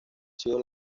sido